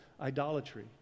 idolatry